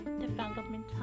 development